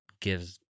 Gives